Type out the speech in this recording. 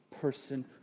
person